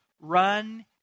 run